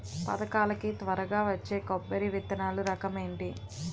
పథకాల కి త్వరగా వచ్చే కొబ్బరి విత్తనాలు రకం ఏంటి?